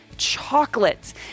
chocolate